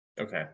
Okay